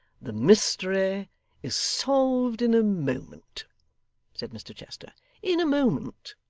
the mystery is solved in a moment said mr chester in a moment.